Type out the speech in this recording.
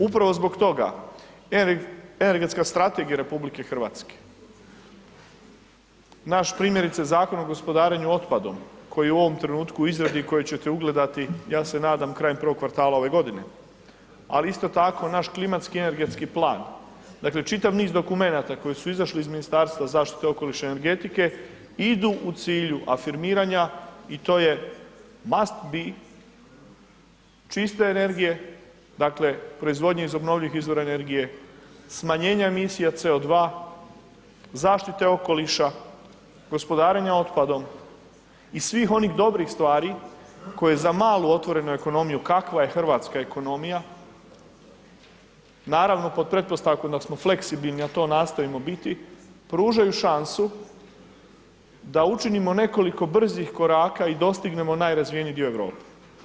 Upravo zbog toga Energetska strategija RH, naš primjerice Zakon o gospodarenju otpadom koji je u ovom trenutku u izradi i koji ćete ugledati ja se nadam prije prvog kvartala ove godine, ali isto tako i naš Klimatski energetski plan, dakle čitav niz dokumenata koji su izašli iz Ministarstva zaštite okoliša i energetike idu u cilju afirmiranja i to je mast bi čiste energije dakle proizvodnje iz obnovljivih izvora energije, smanjenja emisija CO2, zaštite okoliša, gospodarenja otpadom i svih onih dobrih stvari koje za malu otvorenu ekonomiju kakva je hrvatska ekonomija, naravno pod pretpostavkom dok smo fleksibilni, a to nastojimo biti, pružaju šansu da učinimo nekoliko brzih koraka i dostignemo najrazvijeniji dio Europe.